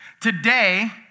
Today